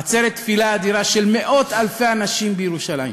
עצרת תפילה אדירה של מאות-אלפי אנשים בירושלים.